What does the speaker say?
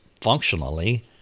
functionally